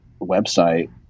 website